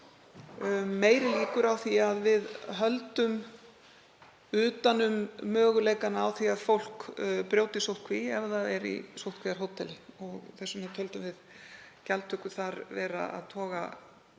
meiri líkur séu á því að við höldum utan um möguleikana á því að fólk brjóti sóttkví ef það er á sóttkvíarhóteli og þess vegna töldum við gjaldtöku þar toga